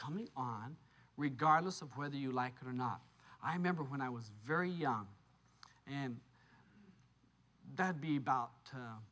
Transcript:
coming on regardless of whether you like it or not i remember when i was very young and that be about